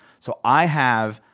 so i have,